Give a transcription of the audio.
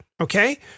Okay